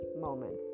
moments